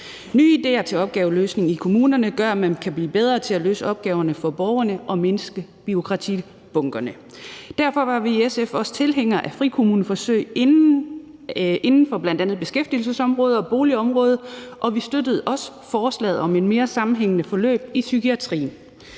Nye idéer til opgaveløsning i kommunerne gør, at man kan blive bedre til at løse opgaverne for borgerne og mindske bureaukratibunkerne. Derfor var vi i SF også tilhængere af frikommuneforsøg inden for bl.a. beskæftigelsesområdet og boligområdet, og vi støttede også forslaget om mere sammenhængende forløb i psykiatrien.